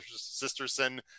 Sisterson